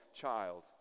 child